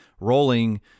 rolling